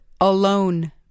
alone